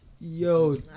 Yo